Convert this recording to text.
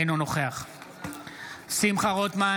אינו נוכח שמחה רוטמן,